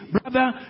Brother